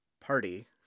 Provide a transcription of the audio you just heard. party